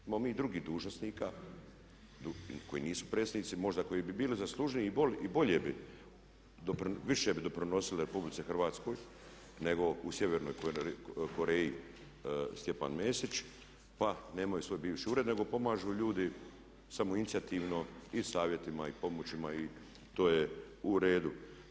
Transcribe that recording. Imamo mi i drugih dužnosnika koji nisu predsjednici, možda koji bi bili zaslužniji i bolje bi doprinosili, više bi doprinosili RH nego u Sjevernoj Koreji Stjepan Mesić pa nemaju svoj bivši ured nego pomažu ljudi samoinicijativno i savjetima i pomoćima i to je u redu.